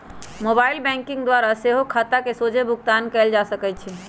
mobile banking द्वारा सेहो खता में सोझे भुगतान कयल जा सकइ छै